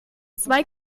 zwei